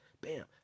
bam